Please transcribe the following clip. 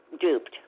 duped